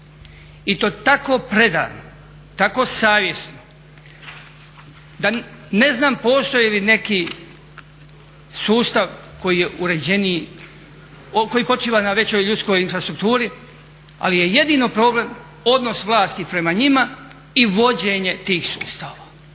i to tako predano, tako savjesno da ne znam postoji li neki sustav koji je uređeniji, koji počiva na većoj ljudskoj infrastrukturi. Ali je jedino problem odnos vlasti prema njima i vođenje tih sustava,